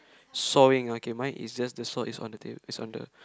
sawing okay mine is just the saw is on the table is on the